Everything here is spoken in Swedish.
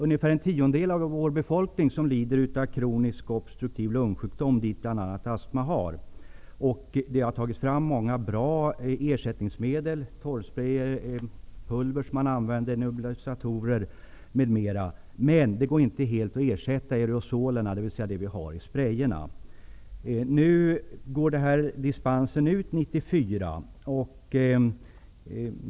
Ungefär en tiondel av vår befolkning lider av kronisk obstruktiv lungsjukdom, dit bl.a. astma hör. Det har tagits fram många bra ersättningsmedel, torrsprejer, pulver som man använder i nebulisatorer m.m. Men det går inte att helt ersätta aerosolerna, dvs. det vi har i sprejerna. Dispensen går ut 1994.